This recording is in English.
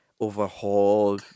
overhaul